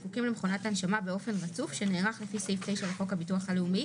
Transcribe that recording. הזקוקים למכונת הנשמה באופן רצוף שנערך לפי סעיף 9 לחוק הביטוח הלאומי,